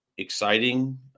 exciting